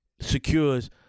secures